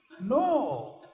no